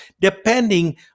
depending